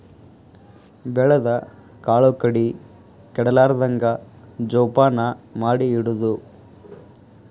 ಬೆಳದ ಕಾಳು ಕಡಿ ಕೆಡಲಾರ್ದಂಗ ಜೋಪಾನ ಮಾಡಿ ಇಡುದು